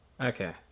Okay